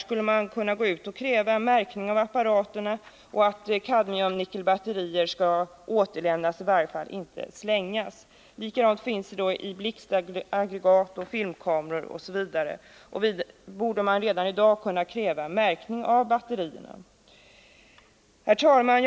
Likaså finns det miljöfarligt avfall i blixtaggregat, filmkameror osv. Man skulle kunna kräva att sådana apparater märktes och att nickel-kadmiumbatterier återlämnas eller i varje fail inte slängs bort. Vi borde kunna kräva märkning av batterierna redan i dag. Herr talman!